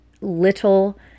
little